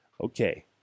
Okay